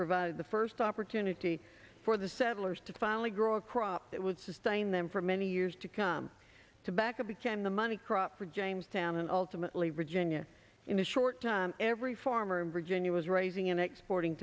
provided the first opportunity for the settlers to finally grow a crop that would sustain them for many years to come to back up again the money crop for jamestown and ultimately virginia in a short time every farmer in virginia was raising in exporting